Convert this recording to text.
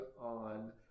on